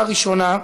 בקריאה ראשונה,